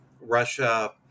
Russia